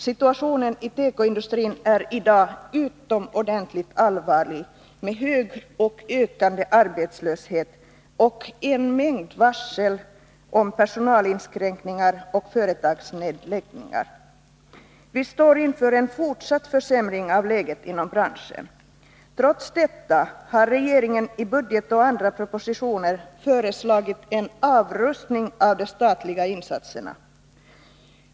Situationen i tekoindustrin är i dag utomordentligt allvarlig med hög och ökande arbetslöshet och en mängd varsel om personalinskränkningar och företagsnedläggningar. Vi står inför en fortsatt försämring av läget inom branschen. Trots detta har regeringen i budgetpropositionen och i andra propositioner föreslagit en avrustning av de statliga insatserna.